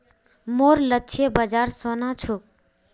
मोर लक्ष्य बाजार सोना छोक